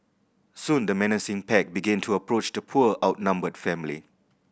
soon the menacing pack began to approach the poor outnumbered family